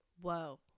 whoa